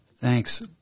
Thanks